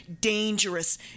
dangerous